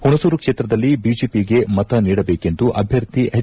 ಹುಣಸೂರು ಕ್ಷೇತ್ರದಲ್ಲಿ ಬಿಜೆಪಿಗೆ ಮತ ನೀಡಬೇಕೆಂದು ಅಭ್ಯರ್ಥಿ ಎಚ್